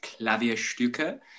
Klavierstücke